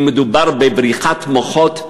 אם מדובר בבריחת מוחות,